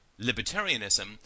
libertarianism